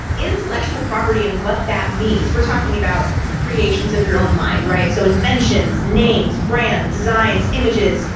intellectual property and what that means we're talking about creations of your own mind, right? so inventions, names, brands, designs, images,